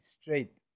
straight